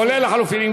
כולל לחלופין.